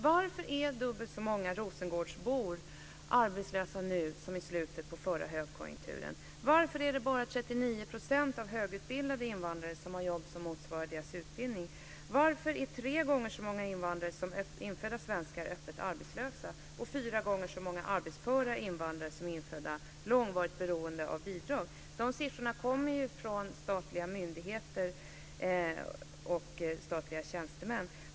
Varför är dubbelt så många rosengårdsbor arbetslösa nu som i slutet av förra högkonjunkturen? Varför är det bara 39 % av högutbildade invandrare som har jobb som motsvarar deras utbildning? Varför är tre gånger så många invandrare som infödda svenskar öppet arbetslösa och fyra gånger så många arbetsföra invandrare som infödda långvarigt beroende av bidrag? De siffrorna kommer från statliga myndigheter och statliga tjänstemän.